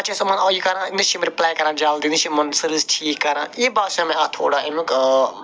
پتہٕ چھِ أسۍ یِمَن یہِ کران نَہ چھِ یِم رِپلَے کران جلدی نَہ چھِ یِمن سٕروِس ٹھیٖک کران یہِ باسیو مےٚ اَتھ تھوڑا اَمیُک